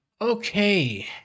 Okay